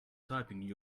typing